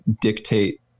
dictate